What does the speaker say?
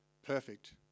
perfect